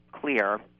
clear